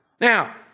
Now